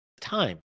time